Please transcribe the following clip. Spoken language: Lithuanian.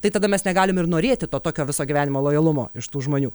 tai tada mes negalim ir norėti to tokio viso gyvenimo lojalumo iš tų žmonių